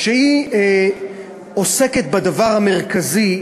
אשר עוסקת בדבר המרכזי,